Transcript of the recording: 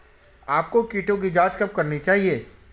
आपको कीटों की जांच कब करनी चाहिए?